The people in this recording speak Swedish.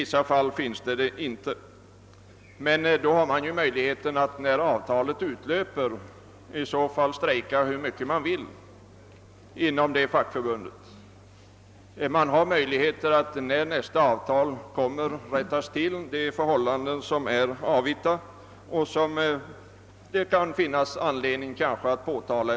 I andra fall då detta inte går kan man strejka hur mycket man vill när avtalet har löpt ut. När nästa avtal skall träffas får man försöka rätta till förhållanden som är avvita.